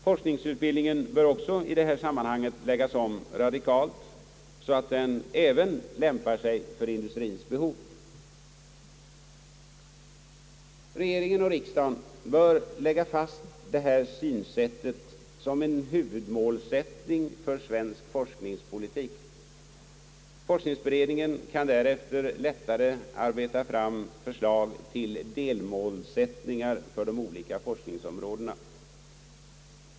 Forskarutbildningen bör också i detta sammanhang läggas om radikalt så att den även lämpar sig för industriens behov. Regering och riksdag bör lägga fast detta synsätt som en huvudmålsättning för svensk forskningspolitik. Forskningsberedningen kan därefter lättare arbeta fram förslag till delmålsättningar för de olika forskningsområdena.